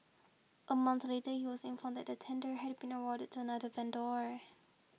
a month later he was informed that the tender had been awarded to another vendor